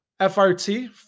FRT